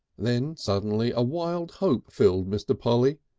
then suddenly a wild hope filled mr. polly.